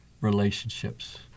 relationships